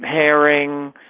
haring,